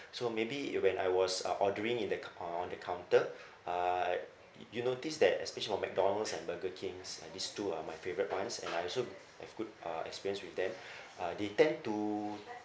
so maybe when I was uh ordering in the c~ uh on the counter uh I y~ you notice that especially for McDonald's and Burger King's like these two are my favourite ones and I also have good uh experience with them uh they tend to